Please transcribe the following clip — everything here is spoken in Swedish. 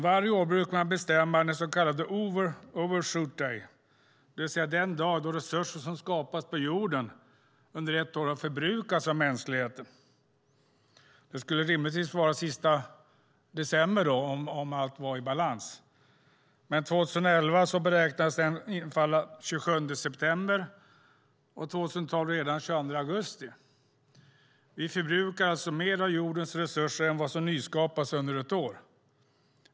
Varje år brukar man beräkna när Overshoot Day inträffar, det vill säga den dag då resurser som skapas på jorden under ett år har förbrukats av mänskligheten. Det skulle rimligtvis vara den 31 december om allt var i balans. Men 2011 beräknades den infalla den 27 september och 2012 redan den 22 augusti. Vi förbrukar alltså mer av jordens resurser än vad som nyskapas under ett år.